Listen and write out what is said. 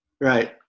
right